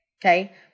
okay